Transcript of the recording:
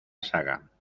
saga